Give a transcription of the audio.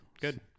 Good